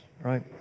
right